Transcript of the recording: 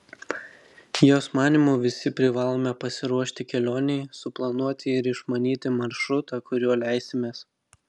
jos manymu visi privalome pasiruošti kelionei suplanuoti ir išmanyti maršrutą kuriuo leisimės